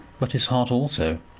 but his heart also,